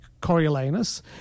Coriolanus